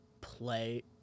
play